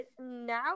now